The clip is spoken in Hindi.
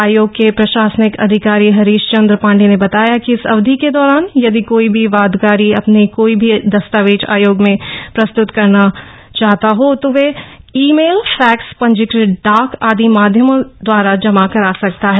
आयोग के प्रशासनिक अधिकारी हरीश चन्द्र पाण्डेय ने बताया कि इस अवधि के दौरान यदि कोई भी वादकारी अपना कोई भी दस्तावेज आयोग में प्रस्तुत करना हो तो वह ई मेल फैक्स पंजीकत डाक आदि माध्यमों जमा करा सकता है